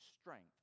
strength